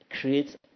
creates